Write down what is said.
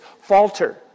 falter